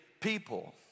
people